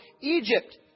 Egypt